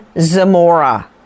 Zamora